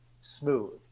smooth